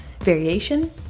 variation